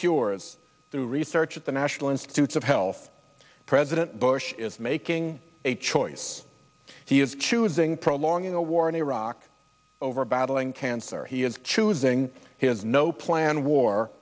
cures through research at the national institutes of health president bush is making a choice he is choosing prolonging a war in iraq over battling cancer he is choosing he has no plan war